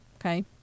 Okay